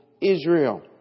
Israel